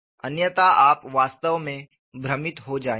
अन्यथा आप वास्तव में भ्रमित हो जाएंगे